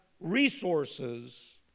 resources